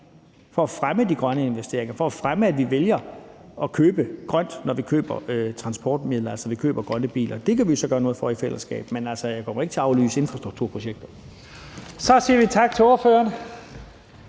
for at fremme de grønne investeringer og for at fremme, at vi vælger at købe grønt, når vi køber transportmidler, altså når vi køber grønne biler. Det kan vi så gøre noget for i fællesskab. Men jeg kommer ikke til at aflyse infrastrukturprojekterne. Kl. 17:14 Første